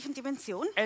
dimension